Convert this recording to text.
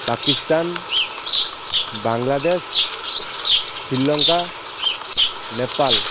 Pakistan Bangladesh Sri Lanka Nepal